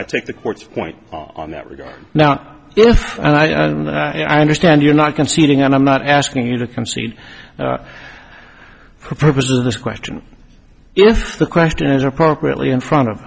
think the court's point on that regard now and i and i understand you're not conceding and i'm not asking you to concede for purposes of this question if the question is appropriately in front of